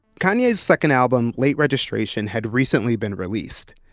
kanye's second album, late registration, had recently been released.